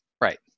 right